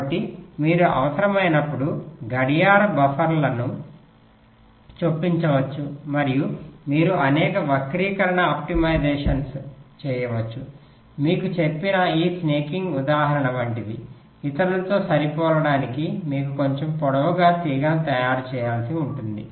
కాబట్టి మీరు అవసరమైనప్పుడు గడియార బఫర్లను చొప్పించవచ్చు మరియు మీరు అనేక వక్రీకరణ ఆప్టిమైజేషన్లను చేయవచ్చు మీకు చెప్పిన ఆ స్నాకింగ్ ఉదాహరణ వంటిది ఇతరులతో సరిపోలడానికి మీరు కొంచెం పొడవుగా తీగను తయారు చేయాల్సి ఉంటుంది